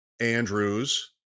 Andrews